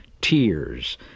tears